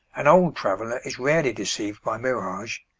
an old traveller is rarely deceived by mirage.